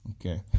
Okay